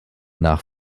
nach